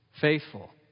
faithful